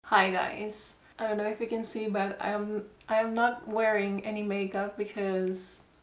hi guys i don't know if you can see but i am i am not wearing any make up because.